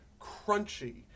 crunchy